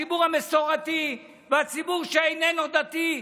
הציבור המסורתי והציבור שאיננו דתי.